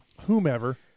Whomever